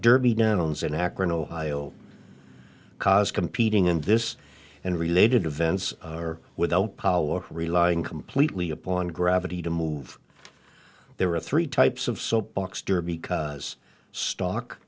derby downs in akron ohio cars competing in this and related events without power relying completely upon gravity to move there are three types of soap box derby cuz stock